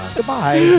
Goodbye